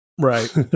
Right